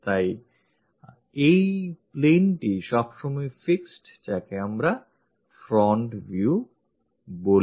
তাই এই planeটি সবসময়ই fixed যাকে আমরা front view বলি